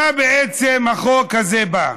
למה בעצם החוק הזה בא?